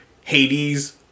Hades